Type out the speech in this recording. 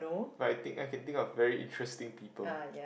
but I think I can think of very interesting people